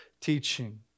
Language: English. teaching